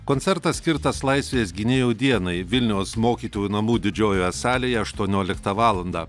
koncertas skirtas laisvės gynėjų dienai vilniaus mokytojų namų didžiojoje salėje aštuonioliktą valandą